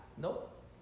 Nope